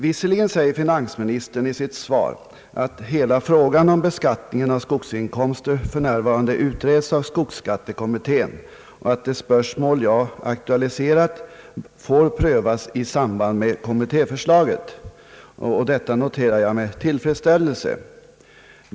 Visserligen säger finansministern i sitt svar att hela frågan om beskattningen av skogsinkomster för närvarande utreds av skogsskattekommittén och att det spörsmål jag aktualiserat får prövas i samband med kommitté förslaget. Detta noterar jag med tillfredsställelse.